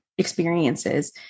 Experiences